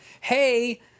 hey